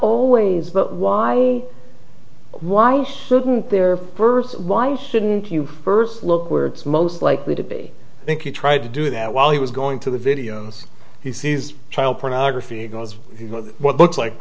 always but why why shouldn't there first why shouldn't you first look where it's most likely to be i think you tried to do that while he was going to the videos he sees child pornography goes what looks like